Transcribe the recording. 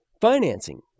financing